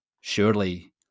surely